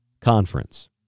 conference